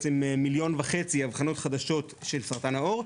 כ-1.5 מיליון אבחנות חדשות של סרטן העור,